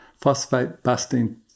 phosphate-busting